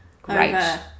great